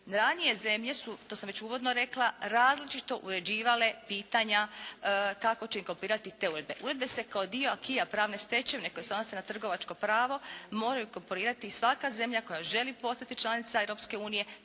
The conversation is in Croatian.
ranije zemlje su, to sam već uvodno rekla različito uređivale pitanja kako će inkopirati te uredbe. Uredbe se kao dio Aquisa pravne stečevine koje se odnose na trgovačko pravo mora inkoporirati svaka zemlja koja želi postati članica Europske unije,